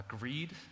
Greed